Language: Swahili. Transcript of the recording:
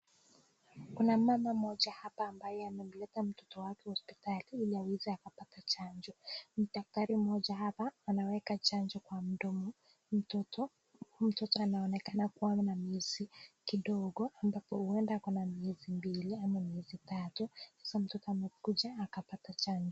Kuna mama mmoja hapa ambaye amemleta mtoto wake hospitali ili aweze akapata chanjo. Daktari mmoja hapa anaweka chanjo kwa mdomo ya mtoto. Mtoto anaonekana kuwa na miezi kidogo ambapo huenda akona miezi mbili ama miezi tatu sasa mtoto amekuja akapata chanjo.